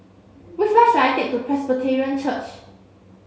which bus should I take to Presbyterian Church